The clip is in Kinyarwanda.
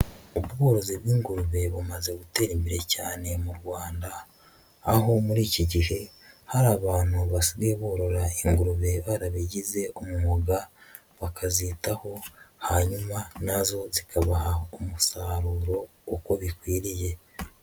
Ubworozi bw'ingurube bumaze gutera imbere cyane mu Rwanda, aho muri iki gihe hari abantu basigaye borora ingurube barabigize umwuga, bakazitaho hanyuma nazo zikabaha umusaruro uko bikwiriye.